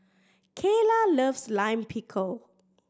Cayla loves Lime Pickle